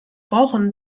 brauchen